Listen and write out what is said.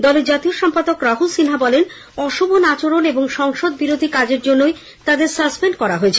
দলের জাতীয় সম্পাদক রাহুল সিনহা বলেন অশোভন আচরণ এবং সংসদ বিরোধী কাজের জন্যই তাদের সাসপেন্ড করা হয়েছে